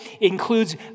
includes